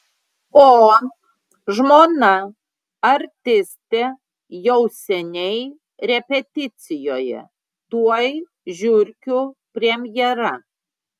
o žmona artistė jau seniai repeticijoje tuoj žiurkių premjera